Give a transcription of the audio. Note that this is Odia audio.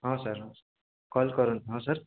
ହଁ ସାର୍ କଲ୍ କରନ୍ତୁ ହଁ ସାର୍